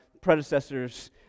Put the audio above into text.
predecessors